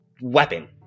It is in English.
weapon